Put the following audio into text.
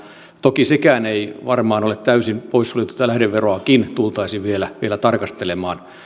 toki sekään ei varmaan ole täysin poissuljettu että lähdeveroakin tultaisiin vielä vielä tarkastelemaan